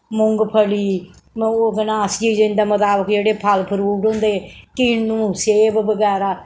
मुंगफली ओ केह् नां सीजन दे मुताबक जेह्ड़े फल फ्रूट होंदे किन्नू सेब बगैरा